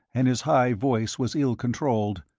and his high voice was ill-controlled,